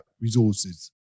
resources